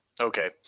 Okay